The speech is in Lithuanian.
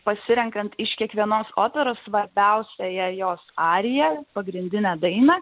pasirenkant iš kiekvienos operos svarbiausiąją jos ariją pagrindinę dainą